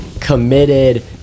committed